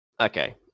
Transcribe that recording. Okay